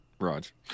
Raj